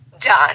done